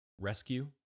rescue